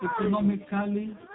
Economically